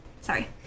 Sorry